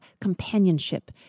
companionship